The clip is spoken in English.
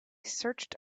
searched